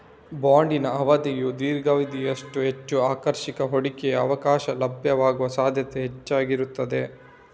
ಬಾಂಡಿನ ಅವಧಿಯು ದೀರ್ಘವಾದಷ್ಟೂ ಹೆಚ್ಚು ಆಕರ್ಷಕ ಹೂಡಿಕೆಯ ಅವಕಾಶ ಲಭ್ಯವಾಗುವ ಸಾಧ್ಯತೆ ಹೆಚ್ಚಾಗಿರುತ್ತದೆ